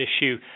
issue